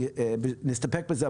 נסתפק בזה,